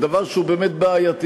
על דבר שהוא באמת בעייתי.